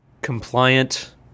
compliant